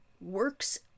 works